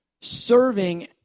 serving